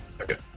Okay